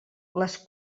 les